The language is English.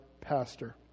pastor